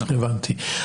הבנתי.